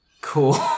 Cool